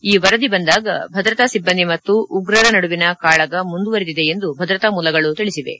ಈ ವರದಿ ಬಂದಾಗ ಭದ್ರತಾ ಸಿಬ್ಬಂದಿ ಮತ್ತು ಉಗ್ರರ ನಡುವಿನ ಕಾಳಗ ಮುಂದುವರಿದಿದೆ ಎಂದು ಭದ್ರತಾ ಮೂಲಗಳು ತಿಳಿಸಿವೆ